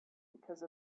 because